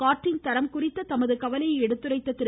காற்றின் தரம் குறித்த தமது கவலையை எடுத்துரைத்த திரு